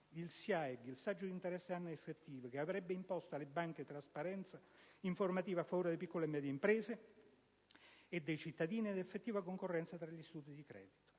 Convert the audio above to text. indicatore, il saggio di interesse annuo effettivo globale (SIAEG), che avrebbe imposto alle banche trasparenza informativa a favore delle piccole e medie imprese e dei cittadini ed effettiva concorrenza tra gli istituti di credito.